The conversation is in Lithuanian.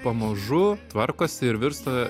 pamažu tvarkosi ir virsta